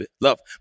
love